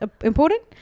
important